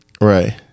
Right